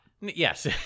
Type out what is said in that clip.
Yes